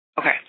Okay